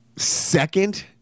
Second